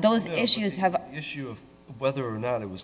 those issues have issue of whether or not it was